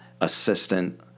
assistant